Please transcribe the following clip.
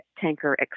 tanker